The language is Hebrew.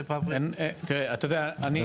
תראה, אתה יודע, אני